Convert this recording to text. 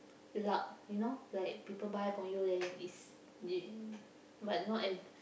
luck you know like people buy from you then is you but not ev~